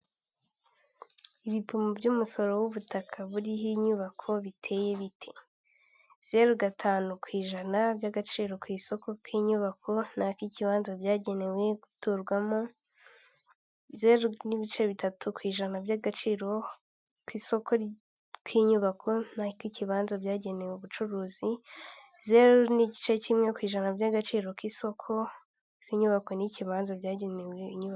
Ibipimo by'umusoro w'ubutaka buriho inyubako biteye ibiti, zeru gatanu ku ijana by'agaciro ku isoko k'inyubako n'ak'ikibanza byagenewe guturwamo n'ibice bitatu ku ijana by'agaciro ku isoko ry'inyubako n'ak'ikibanza byagenewe ubucuruzi zeru n'igice kimwe ku ijana by'agaciro k'isoko ry'inyubako n'ikibanza byagenewe inyubako.